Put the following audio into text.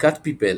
בדיקת PIPELLE